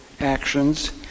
actions